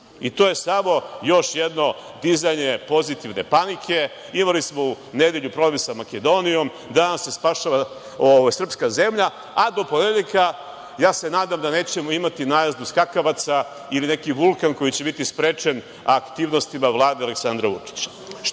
i to je samo još jedno dizanje pozitivne panike. Imali smo u nedelju problem sa Makedonijom, danas se spašava srpska zemlja, a do ponedeljka nadam se da nećemo imati najezdu skakavaca ili neki vulkan koji će biti sprečen aktivnostima Vlade Aleksandra Vučića. Šta